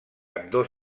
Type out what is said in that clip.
ambdós